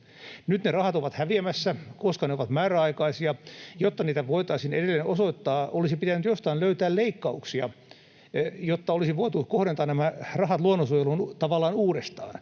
Nyt ne rahat ovat häviämässä, koska ne ovat määräaikaisia. Jotta niitä voitaisiin edelleen osoittaa, olisi pitänyt jostain löytää leikkauksia, jotta olisi voitu kohdentaa nämä rahat luonnonsuojeluun tavallaan uudestaan.